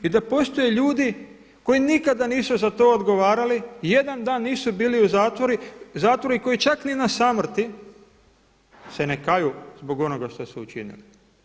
I da postoje ljudi koji nikada nisu za to odgovarali, jedan dan nisu bili u zatvoru i koji čak ni na samrti se ne kaju zbog onoga što su učinili.